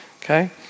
okay